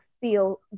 feel